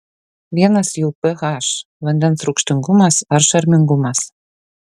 vienas jų ph vandens rūgštingumas ar šarmingumas